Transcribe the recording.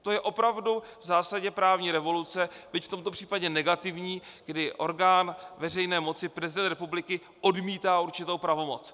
To je opravdu v zásadě právní revoluce, byť v tomto případě negativní, kdy orgán veřejné moci prezident republiky odmítá určitou pravomoci.